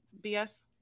BS